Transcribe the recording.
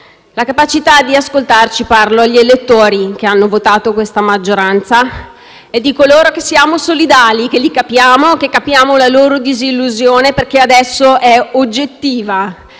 la capacità di ascoltarci, ma parlo agli elettori che hanno votato questa maggioranza e dico loro che siamo solidali, che li capiamo e che capiamo la loro disillusione, perché adesso è oggettiva.